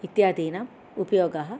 इत्यादीनाम् उपयोगः